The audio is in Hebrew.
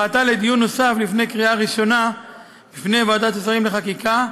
והבאתה לדיון נוסף לפני קריאה ראשונה לפני ועדת השרים לחקיקה,